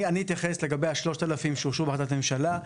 אני אתייחס לגבי ה-3,000 שאושרו בהחלטת ממשלה,